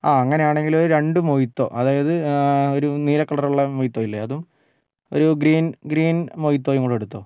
ആ അങ്ങനെയാണെങ്കിൽ ഒരു രണ്ട് മൊയിത്തോ അതായത് ഒരു നീല കളറുള്ള മൊയിത്തോ ഇല്ലേ അതും ഒരു ഗ്രീൻ ഗ്രീൻ മൊയിത്തോ കൂടി എടുത്തോ